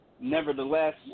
Nevertheless